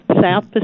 South